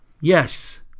Yes